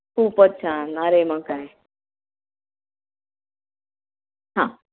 खूपच छान आरे मग काय हां